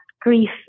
grief